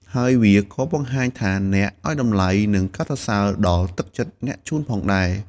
ហើយវាក៏បង្ហាញថាអ្នកឱ្យតម្លៃ និងកោតសរសើរដល់ទឹកចិត្តអ្នកជូនផងដែរ។